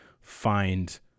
find